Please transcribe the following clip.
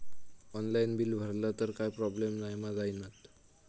Online bill भरला तर काय प्रोब्लेम नाय मा जाईनत?